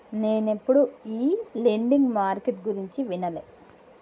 నేనెప్పుడు ఈ lending market గురించి వినలే